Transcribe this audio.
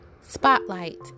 Spotlight